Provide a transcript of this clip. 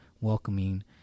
welcoming